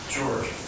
George